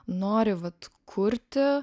nori vat kurti